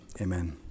amen